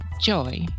joy